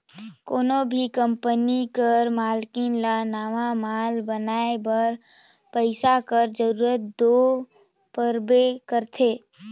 कोनो भी कंपनी कर मालिक ल नावा माल बनाए बर पइसा कर जरूरत दो परबे करथे